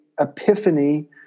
epiphany